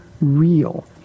real